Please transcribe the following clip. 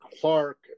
Clark